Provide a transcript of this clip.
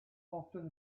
often